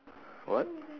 what